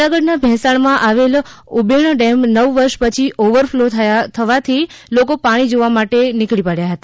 જનાગઢ ના ભેંસાણમાં આવેલ ઉબેણ ડેમ નવ વર્ષ પછી ઓવર ફ્લો થયા લોકો પાણી જોવા માટે નીકળી પડ્યા હતા